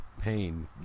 pain